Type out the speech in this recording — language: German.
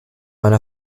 einer